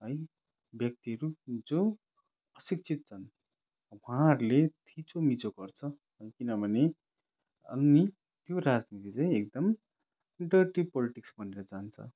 है व्यक्तिहरू जो अशिक्षित छन् उहाँहरूले थचोमिचो गर्छ किनभने हामी त्यो राजनीति चाहिँ एकदम डर्टी पोल्टिक्स बनेर जान्छ